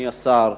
אדוני השר,